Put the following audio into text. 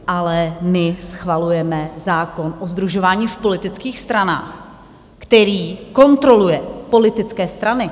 Ale my schvalujeme zákon o sdružování v politických stranách, který kontroluje politické strany.